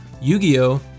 Yu-Gi-Oh